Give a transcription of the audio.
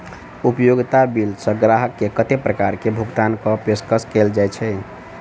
उपयोगिता बिल सऽ ग्राहक केँ कत्ते प्रकार केँ भुगतान कऽ पेशकश कैल जाय छै?